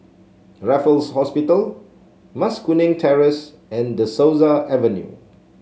Raffles Hospital Mas Kuning Terrace and De Souza Avenue